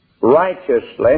righteously